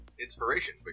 inspiration